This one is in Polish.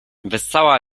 wessała